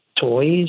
toys